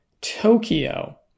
Tokyo